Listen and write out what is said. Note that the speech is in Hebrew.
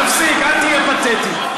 תפסיק, אל תהיה פתטי.